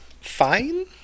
Fine